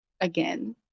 again